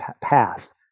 path